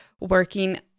working